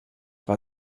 war